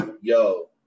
Yo